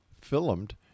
filmed